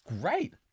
great